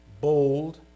bold